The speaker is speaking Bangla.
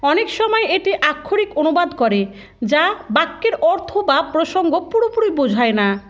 অনেক সময় এটি আক্ষরিক অনুবাদ করে যা বাক্যের অর্থ বা প্রসঙ্গ পুরোপুরি বোঝায় না